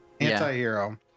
anti-hero